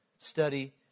study